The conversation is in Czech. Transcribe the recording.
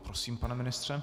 Prosím, pane ministře.